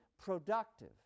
productive